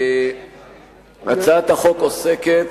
הצעת החוק עוסקת,